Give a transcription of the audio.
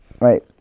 right